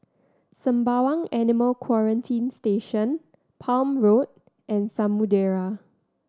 Sembawang Animal Quarantine Station Palm Road and Samudera